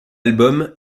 album